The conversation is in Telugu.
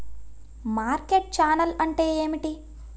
మార్కెట్ ఛానల్ అంటే ఏమిటి?